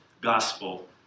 gospel